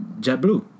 JetBlue